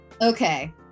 Okay